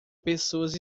pessoas